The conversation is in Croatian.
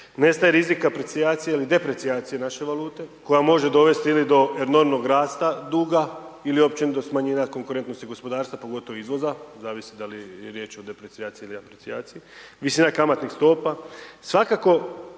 nestaje rizik aprecijacije ili deprecijacije naše valute, koja može dovesti ili do enormnog rasta duga ili općenito smanjenja konkurentnosti gospodarstva pogotovo izvoza, zavisi da li je riječ o deprecijaciji ili aprecijaciji, visina kamatnih stopa,